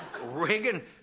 Reagan